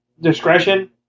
discretion